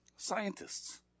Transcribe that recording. Scientists